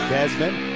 Desmond